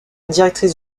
directrice